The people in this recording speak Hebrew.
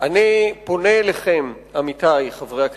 אני פונה אליכם, עמיתי חברי הכנסת,